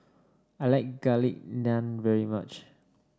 I like Garlic Naan very much